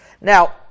Now